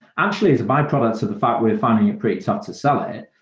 actually, the byproducts or the fact we're finding it pretty tough to sell it,